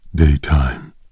Daytime